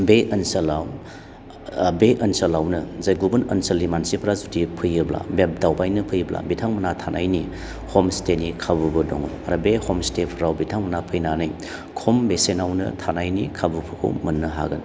बे ओनसोलाव बे ओनसोलावनो जे गुबुन ओनसोलनि मानसिफ्रा जुदि फैयोब्ला बे दावबायनो फैयोब्ला बिथांमोना थानायनि हम स्टेनि खाबुबो दं आरो बे हम स्टेफ्राव बिथांमोनहा फैनानै खम बेसेनावनो थानायनि खाबुफोरखौ मोननो हागोन